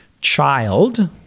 child